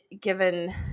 given